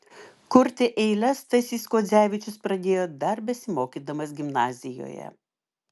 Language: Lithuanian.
kurti eiles stasys kuodzevičius pradėjo dar besimokydamas gimnazijoje